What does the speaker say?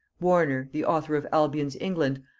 warner, the author of albion's england,